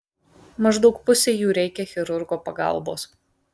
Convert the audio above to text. maždaug pusei jų reikia chirurgo pagalbos